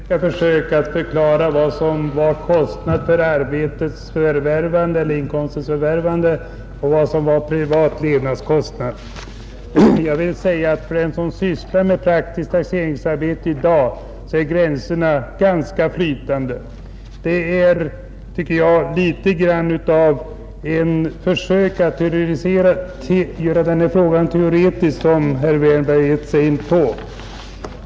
Fru talman! Herr Wärnberg gjorde energiska försök att förklara vad som var kostnad för inkomstens förvärvande och vad som var privat levnadskostnad, För den som sysslar med praktiskt taxeringsarbete i dag är gränserna ganska flytande. Det är, tycker jag, litet grand av ett försök att göra den här frågan teoretisk som herr Wärnberg har givit sig in på.